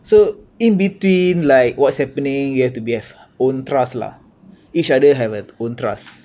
so in between like what's happening you have to be have own trust lah each other have their own trust